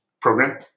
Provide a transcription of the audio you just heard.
program